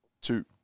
two